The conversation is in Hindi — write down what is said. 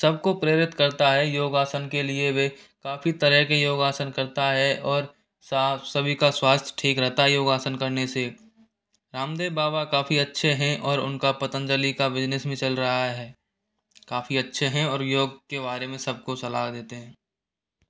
सब को प्रेरित करता है योगासन के लिए वह काफ़ी तरह के योगासन करता है और साफ़ सभी का स्वास्थ्य ठीक रहता योगासन करने से रामदेव बाबा काफ़ी अच्छे हैं और उन का पतंजलि का बिजनेस भी चल रहा है काफ़ी अच्छे हैं और योग के बारे में सब को सलाह देते हैं